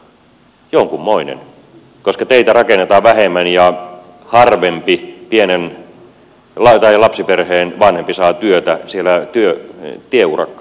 jonkunmoinen koska teitä rakennetaan vähemmän ja harvempi lapsiperheen vanhempi saa työtä siellä tieurakoissa